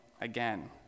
again